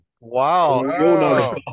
Wow